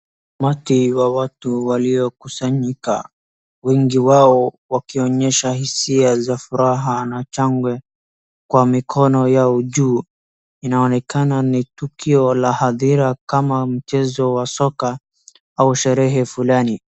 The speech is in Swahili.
Umati wa watu waliokusanyika, wengi wao wakiwa na hisia za furaha na shangwe, kwa mikono yao juu, inaonekana ni tukio la hadhira kama mchezo wa soka, au sherehe fulani.